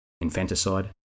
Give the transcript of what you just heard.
Infanticide